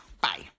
Bye